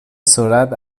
صورت